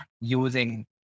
using